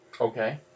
Okay